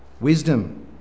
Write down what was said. Wisdom